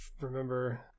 remember